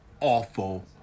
Awful